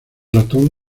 ratón